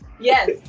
yes